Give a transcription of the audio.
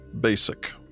basic